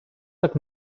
так